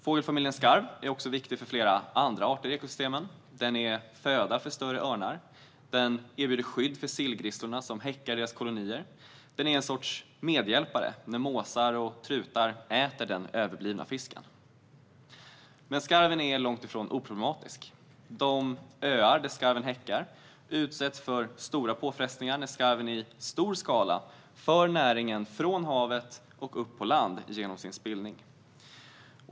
Fågelfamiljen skarv är också viktig för flera andra arter i ekosystemen. Den utgör föda för större örnar, och den erbjuder skydd för sillgrisslorna, som häckar i dess kolonier. Den är också en sorts medhjälpare när måsar och trutar äter den överblivna fisken. Skarven är dock långt ifrån oproblematisk. De öar där skarven häckar utsätts för stora påfrestningar när skarven i stor skala för näringen från havet och upp på land genom sin spillning.